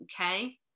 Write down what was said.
okay